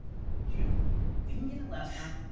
you didn't get it last